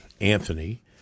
Anthony